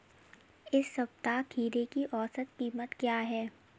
इस सप्ताह खीरे की औसत कीमत क्या है?